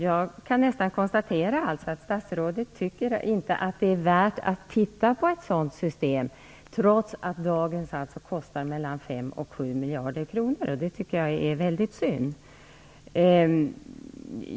Jag kan alltså konstatera att statsrådet inte tycker att det är värt att titta på ett sådant system, trots att dagens kostar 5-7 miljarder kronor. Det tycker jag är synd.